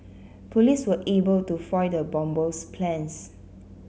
police were able to foil the bomber's plans